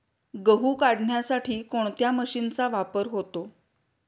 गहू काढण्यासाठी कोणत्या मशीनचा वापर होतो?